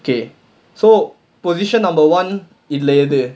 okay so position number one இல்ல இது:illa idhu